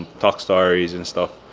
talk stories and stuff.